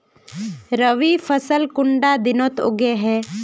रवि फसल कुंडा दिनोत उगैहे?